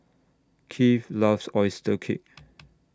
Kieth loves Oyster Cake